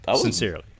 Sincerely